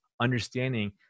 understanding